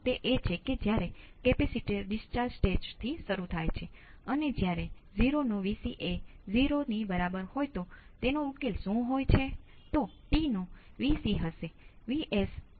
તેથી ફક્ત KVL અને KCL નો ઉપયોગ કરીને તમે આને પ્રથમ ઓર્ડર સર્કિટમાં મેળવી શકશો તમારે ફક્ત એક પ્રારંભિક સ્થિતિની જરૂર છે